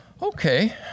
Okay